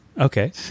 Okay